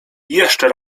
jeszcze